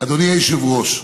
אדוני היושב-ראש,